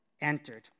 entered